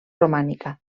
romànica